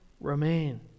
remain